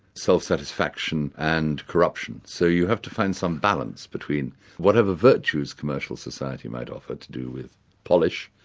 self-satisfaction, and corruption. so you have to find some balance between whatever virtues commercial society might offer to do with polish,